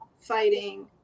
fighting